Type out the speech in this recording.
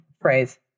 phrase